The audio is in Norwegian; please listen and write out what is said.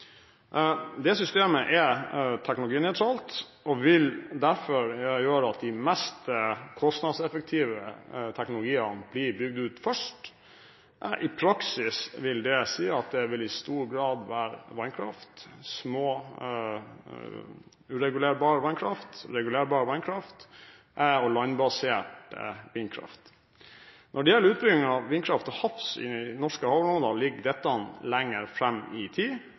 Systemet er teknologinøytralt og vil derfor gjøre at de mest kostnadseffektive teknologiene blir bygget ut først. I praksis vil det si at det i stor grad vil være vannkraft – uregulerbar og regulerbar – og landbasert vindkraft. Når det gjelder utbygging av vindkraft til havs i norske havområder, ligger dette lenger fram i tid.